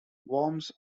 worms